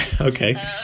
okay